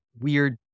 weird